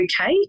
okay